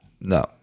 no